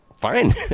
fine